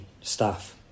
staff